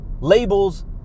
labels